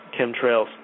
chemtrails